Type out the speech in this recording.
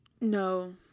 no